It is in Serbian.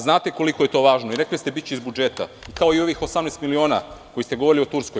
Znate koliko je to važno i rekli ste – biće iz budžeta, kao i ovih 18 miliona, koji ste govorili o Turskoj.